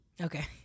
Okay